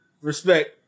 respect